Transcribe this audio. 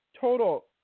total